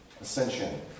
ascension